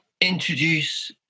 introduce